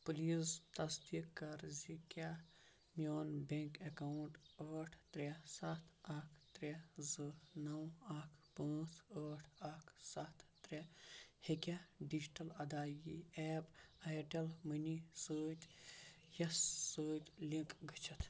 please تصدیق کَر زِ کیٛاہ میون بینٛک اکاونٹ ٲٹھ ترٛےٚ سَتھ اکھ ترٛےٚ زٕ نو اکھ پانٛژھ ٲٹھ اکھ سَتھ ترٛےٚ ہٮ۪کیا ڈیجٹل ادٲیگی ایٚپ اِیَرٹیٚل مٔنی سۭتۍ یَس سۭتۍ لنک گٔژھِتھ